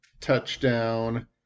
touchdown